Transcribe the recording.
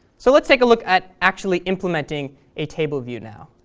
so let's take a look at actually implementing a table view now.